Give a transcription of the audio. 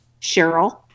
Cheryl